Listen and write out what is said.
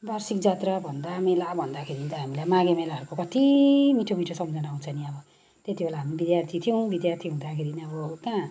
वार्षिक जात्रा भन्दा मेला भन्दाखेरि हामीलाई माघे मेलाहरूको कति मिठो मिठो सम्झना आउँछ नि अब त्यतिबेला हामी विद्यार्थी थियौँ विद्यार्थी हुँदाखेरि अब कहाँ